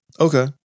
Okay